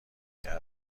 کرده